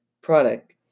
product